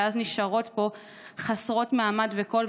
ואז נשארות פה חסרות מעמד וחסרות כול.